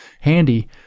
handy